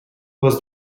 was